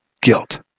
guilt